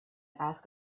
asked